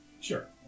Sure